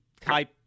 type